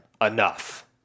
enough